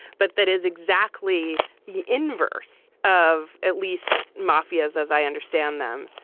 but that is exactly the inverse of at least mafias as i understand them.